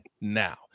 now